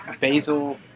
basil